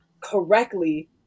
correctly